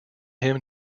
him